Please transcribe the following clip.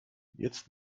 jetzt